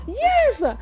Yes